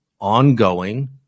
ongoing